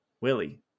Willie